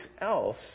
else